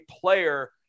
player